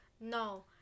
No